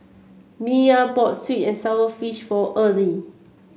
Miya bought sweet and sour fish for Earle